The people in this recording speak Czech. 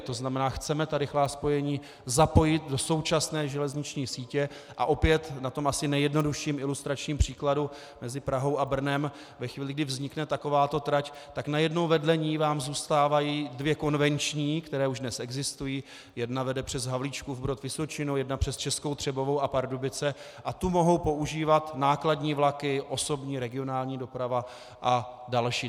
To znamená, chceme ta rychlá spojení zapojit do současné železniční sítě, a opět na tom asi nejjednodušším ilustračním příkladu mezi Prahou a Brnem ve chvíli, kdy vznikne takováto trať, tak najednou vedle ní vám zůstávají dvě konvenční, které už dnes existují, jedna vede přes Havlíčkův Brod, Vysočinu, jedna přes Českou Třebovou a Pardubice a tu mohou používat nákladní vlaky, osobní regionální doprava a další.